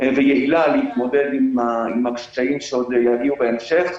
ויעילה להתמודד עם הקשיים שעוד יגיעו בהמשך.